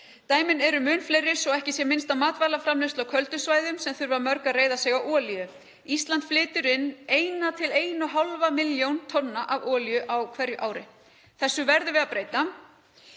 Dæmin eru mun fleiri, svo ekki sé minnst á matvælaframleiðendur á köldum svæðum sem þurfa mörg að reiða sig á olíu. Ísland flytur inn 1–1,5 milljónir tonna af olíu á hverju ári. Þessu verðum við að breyta.